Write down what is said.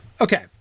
Okay